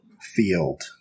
field